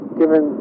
given